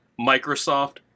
Microsoft